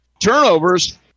Turnovers